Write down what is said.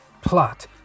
Plot